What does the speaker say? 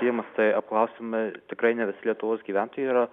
imasi tai apklausiami tikrai ne visi lietuvos gyventojai yra